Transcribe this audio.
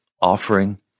offering